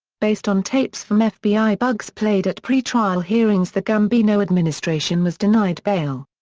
based on tapes from fbi bugs played at pretrial hearings the gambino administration was denied bail.